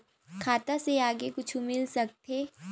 खाता से आगे कुछु मिल सकथे?